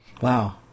Wow